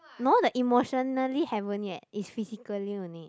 no the emotionally haven't yet is physically only